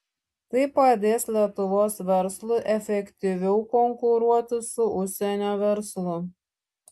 tai padės lietuvos verslui efektyviau konkuruoti su užsienio verslu